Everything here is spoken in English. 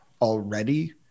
already